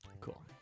cool